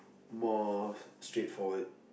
more straight forward